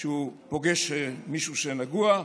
שהוא פוגש מישהו שהוא נגוע,